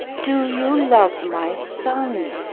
do you love my son?